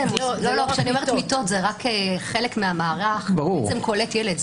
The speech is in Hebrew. כשאני אומרת מיטות זה רק חלק מהמערך שקולט ילד.